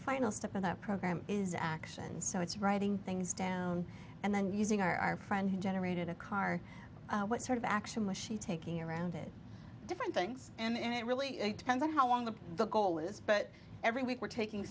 final step in that program is action so it's writing things down and then using our friend who generated a car what sort of action was she taking around it different things and it really depends on how long the goal is but every week we're taking